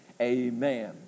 amen